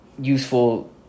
useful